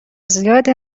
زیاد